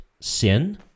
sin